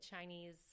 Chinese